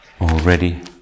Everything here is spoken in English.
Already